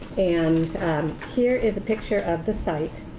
and here is a picture of the site.